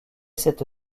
cette